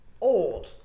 old